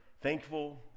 thankful